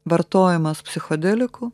vartojamas psichodelikų